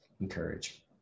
encourage